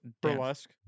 burlesque